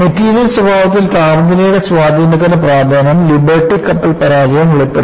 material സ്വഭാവത്തിൽ താപനിലയുടെ സ്വാധീനത്തിന്റെ പ്രാധാന്യം ലിബർട്ടി കപ്പൽ പരാജയം വെളിപ്പെടുത്തി